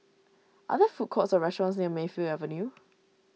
are there food courts or restaurants near Mayfield Avenue